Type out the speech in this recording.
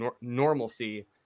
normalcy